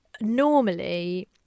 Normally